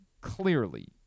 clearly